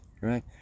right